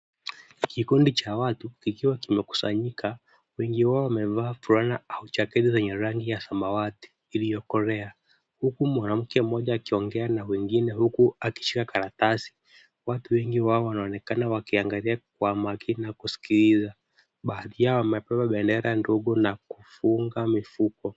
Kikundi cha watu kikiwa kimekusanyika, wengi wao wamevaa fulana au jeketi yenye rangi ya samawati iliyokolea, huku mwanamke mmoja akiongea na wengine huku akishika karatasi. Watu wengi wao wanaonekana wakiangalia kwa makini na kusikiliza. Baadhi yao wamebeba bendera ndogo na kufunga mifuko.